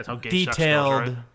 detailed